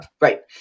Right